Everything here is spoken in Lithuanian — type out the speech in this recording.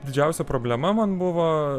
didžiausia problema man buvo